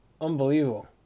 Unbelievable